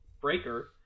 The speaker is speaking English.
breaker